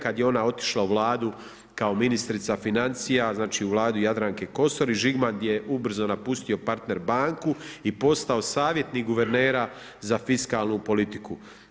Kad je ona otišla u Vladu kao ministrica financija, znači u Vladu Jadranke Kosor i Žigman je ubrzo napustio Partner banku i postao savjetnik guvernera za fiskalnu politiku.